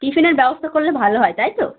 টিফিনের ব্যবস্থা করলে ভালো হয় তাই তো